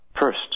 first